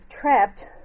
trapped